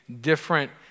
different